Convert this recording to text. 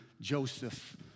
Joseph